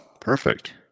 perfect